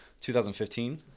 2015